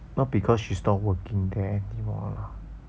not because she's not working there anymore lah